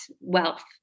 wealth